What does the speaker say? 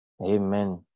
Amen